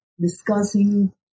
discussing